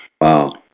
Wow